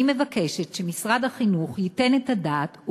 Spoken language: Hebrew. אני מבקשת שמשרד החינוך ייתן את הדעת,